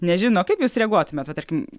nežino kaip jūs reaguotumėt va tarkim